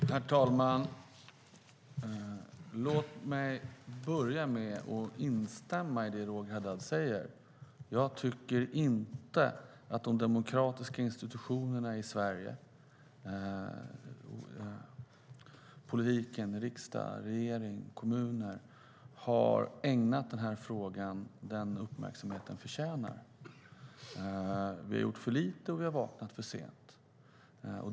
Herr talman! Låt mig börja med att instämma i det Roger Haddad säger. Jag tycker inte att de demokratiska institutionerna i Sverige - politiken, riksdag, regering eller kommuner - har ägnat den här frågan den uppmärksamhet den förtjänar. Vi har gjort för lite, och vi har vaknat för sent.